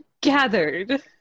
gathered